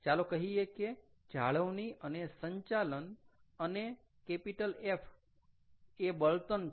ચાલો કહીએ કે જાળવણી અને સંચાલન અને F એ બળતણ છે